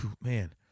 man